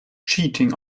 cheating